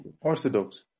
orthodox